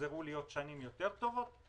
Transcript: יחזרו להיות שנים טובות יותר,